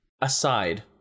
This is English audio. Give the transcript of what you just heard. Aside